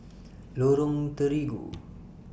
Lorong Terigu